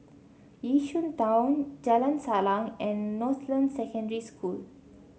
Yishun Town Jalan Salang and Northland Secondary School